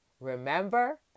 remember